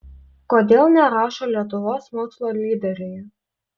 kodėl nerašo lietuvos mokslo lyderiai